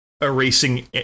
erasing